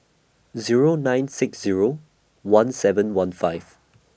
Zero nine six Zero one seven one five